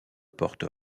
porte